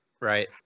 right